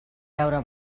veure